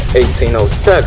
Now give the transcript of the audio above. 1807